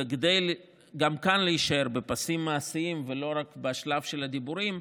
וכדי שגם כאן נישאר בפסים מעשיים ולא רק בשלב של הדיבורים,